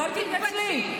בואי תתנצלי.